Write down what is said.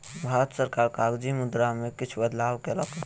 भारत सरकार कागजी मुद्रा में किछ बदलाव कयलक